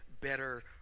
better